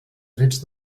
drets